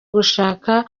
gushaka